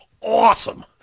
awesome